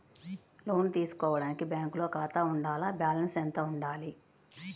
లోను తీసుకోవడానికి బ్యాంకులో ఖాతా ఉండాల? బాలన్స్ ఎంత వుండాలి?